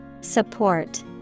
Support